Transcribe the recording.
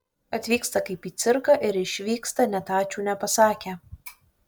atvyksta kaip į cirką ir išvyksta net ačiū nepasakę